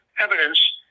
evidence